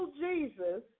Jesus